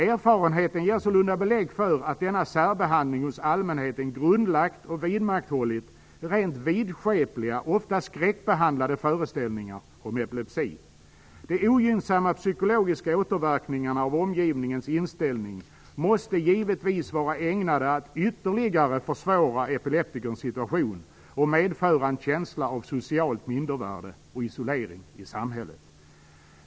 Erfarenheten ger sålunda belägg för att denna särbehandling hos allmänheten grundlagt och vidmakthållit rent vidskepliga, ofta skräckblandade föreställningar om epilepsi. De ogynnsamma psykologiska återverkningarna av omgivningens inställning måste givetvis vara ägnade att ytterligare försvåra epileptikerns situation och medföra en känsla av socialt mindervärde och isolering i samhället."